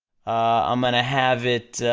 i'm gonna have it,